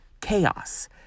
chaos